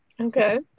okay